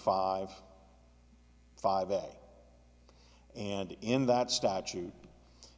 five five a day and in that statute